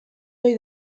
ohi